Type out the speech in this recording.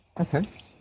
Okay